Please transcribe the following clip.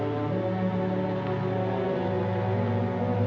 or